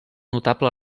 notable